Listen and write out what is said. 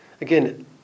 Again